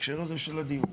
שבהקשר הזה של הדיור,